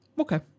Okay